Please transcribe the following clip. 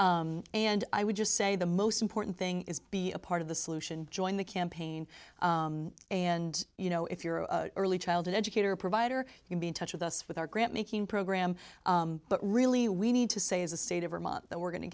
employees and i would just say the most important thing is be a part of the solution join the campaign and you know if your early childhood educator provider can be in touch with us with our grant making program but really we need to say as a state of vermont that we're going to